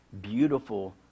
Beautiful